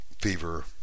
fever